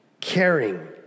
caring